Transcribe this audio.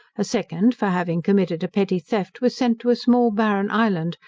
a second, for having committed a petty theft, was sent to a small barren island,